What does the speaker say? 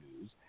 news